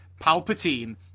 Palpatine